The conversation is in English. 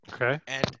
Okay